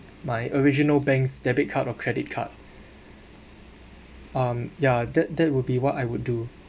my original bank's debit card or credit card um yeah that that would be what I would do